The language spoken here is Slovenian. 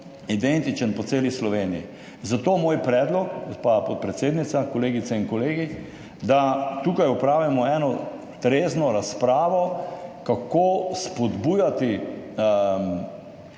identičen po celi Sloveniji, zato moj predlog, gospa podpredsednica, kolegice in kolegi, da tukaj opravimo eno trezno razpravo, kako spodbujati